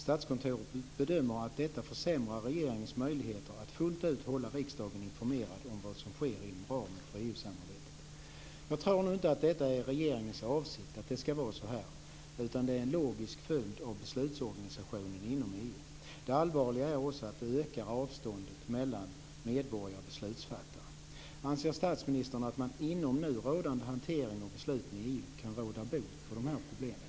Statskontoret bedömer att detta försämrar regeringens möjligheter att fullt ut hålla riksdagen informerad om vad som sker inom ramen för EU-samarbetet. Jag tror inte att det är regeringens avsikt att det ska vara så här, utan detta är en logisk följd av beslutsorganisationen inom EU. Allvarligt är också att detta ökar avståndet mellan medborgare och beslutsfattare. Anser statsministern att man inom nu rådande hantering av besluten i EU kan råda bot på de här problemen?